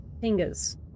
fingers